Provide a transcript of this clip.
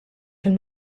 fil